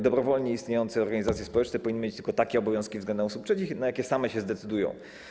Dobrowolnie istniejące organizacje społeczne powinny mieć tylko takie obowiązki względem osób trzecich, na jakie same się zdecydują.